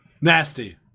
Nasty